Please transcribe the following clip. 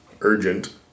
urgent